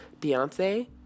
Beyonce